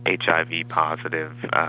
HIV-positive